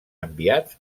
enviats